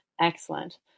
Excellent